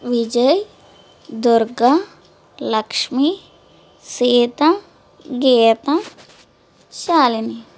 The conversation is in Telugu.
విజయ్ దుర్గ లక్ష్మి సీత గీత శాలిని